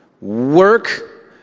work